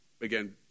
again